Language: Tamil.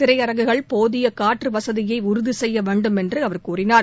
திரையரங்கிற்குள் போதிய காற்று வசதியை உறுதி செய்யவேண்டும் என்று அவர் கூறினார்